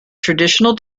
traditional